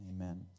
amen